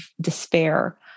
despair